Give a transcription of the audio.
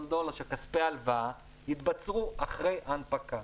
דולר של כספי ההלוואה יתבצעו אחרי ההנפקה.